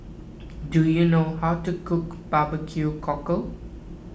do you know how to cook Barbecue Cockle